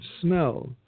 smell